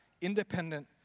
independent